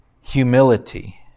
Humility